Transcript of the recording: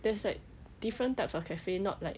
there's like different types of cafe not like